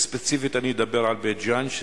וספציפית אני אדבר על בית-ג'ן,